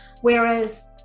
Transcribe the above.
whereas